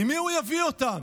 ממי הוא יביא אותם?